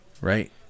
right